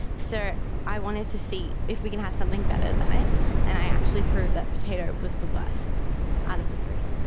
so i wanted to see if we can have something better than it and i actually proved that potato was the worst out of the three.